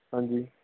ਹਾਂਜੀ